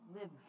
live